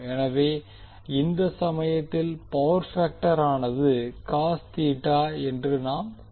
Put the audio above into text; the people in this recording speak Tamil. எனவே இந்த சமயத்தில் பவர் பேக்டரானது காஸ் தீட்டா என்று நாம் கூறலாம்